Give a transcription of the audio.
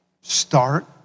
Start